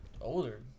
Older